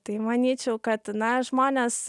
tai manyčiau kad na žmonės